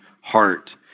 heart